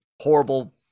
horrible